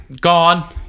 Gone